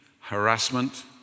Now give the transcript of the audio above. harassment